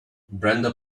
brenda